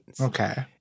Okay